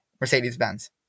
Mercedes-Benz